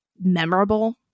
memorable